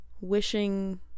wishing